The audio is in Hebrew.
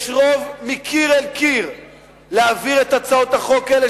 יש רוב מקיר אל קיר להעביר את הצעות החוק האלה,